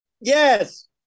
Yes